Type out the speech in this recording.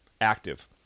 Active